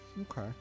okay